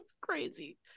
Crazy